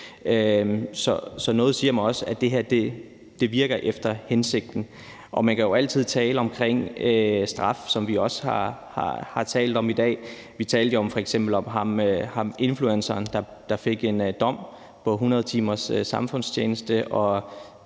Så noget siger mig også, at det her virker efter hensigten. Man kan jo altid tale om straf, som vi også har talt om i dag. Vi talte f.eks. om ham influenceren, der fik en dom på 100 timers samfundstjeneste